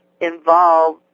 involve